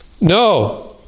no